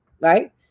right